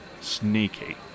Sneaky